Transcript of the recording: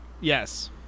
Yes